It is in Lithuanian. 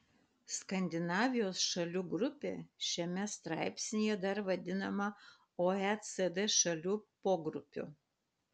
skandinavijos šalių grupė šiame straipsnyje dar vadinama oecd šalių pogrupiu